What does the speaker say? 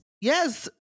Yes